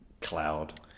cloud